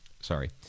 sorry